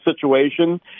situation